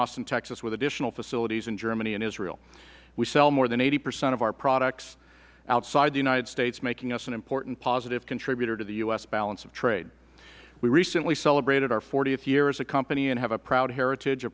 austin texas with additional facilities in germany and israel we sell more than eighty percent of our products outside the united states making us an important positive contributor to the u s balance of trade we recently celebrated our th year as a company and have a proud heritage